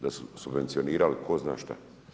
Da su subvencionirali tko zna što.